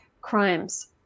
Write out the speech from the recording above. crimes